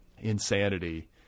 insanity